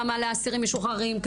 כמה לאסירים משוחררים,